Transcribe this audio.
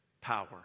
power